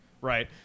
right